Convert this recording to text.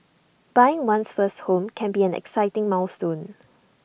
buying one's first home can be an exciting milestone